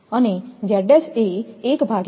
અને 1jωC છે